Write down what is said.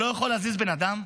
שבו אתה לא יכול להזיז בן אדם?